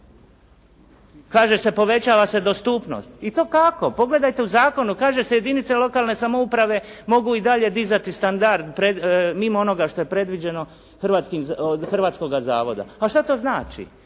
Kaže se povećava se dostupnost i to kako. Pogledajte u zakonu, kaže se jedinice lokalne samouprave mogu i dalje dizati standard, mimo onoga što je predviđeno od Hrvatskoga zavoda. Ma što to znači?